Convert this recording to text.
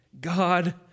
God